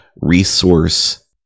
resource